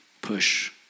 push